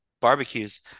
barbecues